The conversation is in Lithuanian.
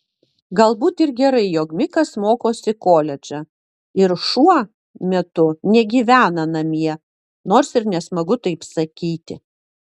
galbūt ir gerai jog mikas mokosi koledže ir šuo metu negyvena namie nors ir nesmagu taip sakyti